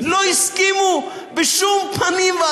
לא הסכימו בשום פנים.